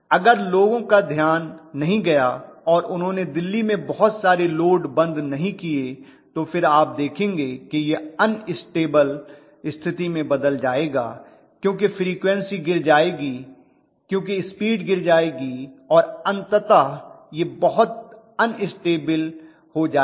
अगर लोगों का ध्यान नहीं गया है और उन्होंने दिल्ली में बहुत सारे लोड बंद नहीं किए तो फिर आप देखेंगे यह अन्स्टेबल स्थिति में बदल जायेगा क्योंकि फ्रीक्वन्सी गिर जाएगी क्योंकि स्पीड गिर जाएगी और अंततः यह बहुत अन्स्टेबल हो जाएगी